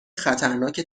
خطرناک